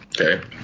Okay